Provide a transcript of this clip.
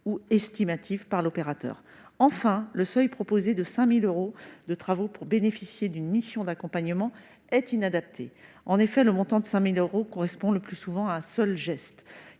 ou estimative par l'opérateur. Enfin, le seuil proposé de 5 000 euros de travaux pour bénéficier d'une mission d'accompagnement paraît inadapté. En effet, ce montant correspond le plus souvent à un seul geste,